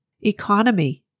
Economy